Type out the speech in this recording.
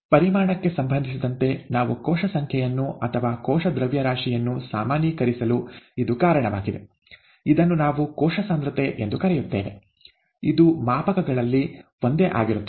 ಪರಿಮಾಣಕ್ಕೆ ಸಂಬಂಧಿಸಿದಂತೆ ನಾವು ಕೋಶ ಸಂಖ್ಯೆಯನ್ನು ಅಥವಾ ಕೋಶ ದ್ರವ್ಯರಾಶಿಯನ್ನು ಸಾಮಾನ್ಯೀಕರಿಸಲು ಇದು ಕಾರಣವಾಗಿದೆ ಇದನ್ನು ನಾವು ಕೋಶ ಸಾಂದ್ರತೆ ಎಂದು ಕರೆಯುತ್ತೇವೆ ಇದು ಮಾಪಕಗಳಲ್ಲಿ ಒಂದೇ ಆಗಿರುತ್ತದೆ